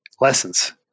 lessons